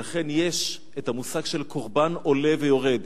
ולכן יש המושג של קורבן עולה ויורד.